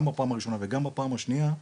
גם בפעם הראשונה וגם בפעם השנייה,